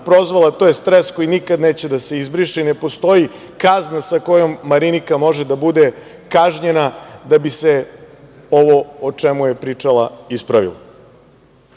to je stres koji nikada neće da se izbriše. Ne postoji kazna sa kojom Marinika može da bude kažnjena da bi se ovo o čemu je pričala ispravilo. Žao